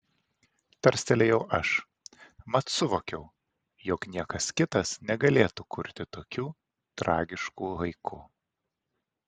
tarstelėjau aš mat suvokiau jog niekas kitas negalėtų kurti tokių tragiškų haiku